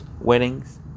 weddings